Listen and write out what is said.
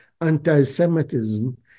anti-Semitism